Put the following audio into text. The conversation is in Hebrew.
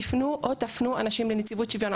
תיפנו או תפנו אנשים לנציבות שוויון.